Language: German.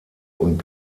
und